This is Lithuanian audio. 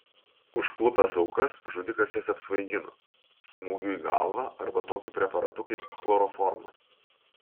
užklupęs aukas žudikas jas apsvaigino smūgiu į galvą arba tokiu preparatu kaip chloroformas